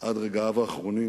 עד רגעיו האחרונים,